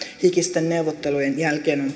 hikisten neuvottelujen jälkeen